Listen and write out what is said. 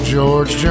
George